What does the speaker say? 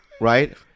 right